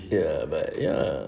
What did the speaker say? ya ya ya